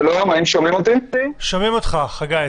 שומעים אותך, חגי.